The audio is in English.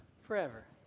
forever